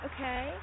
Okay